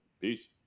Peace